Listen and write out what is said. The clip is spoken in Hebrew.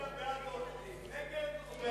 אם אני רוצה להצביע בעד עתני, נגד או בעד?